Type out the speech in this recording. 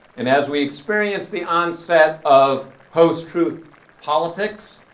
and as we experience the onset of post-truth politics,